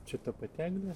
čia ta pati eglė